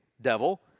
devil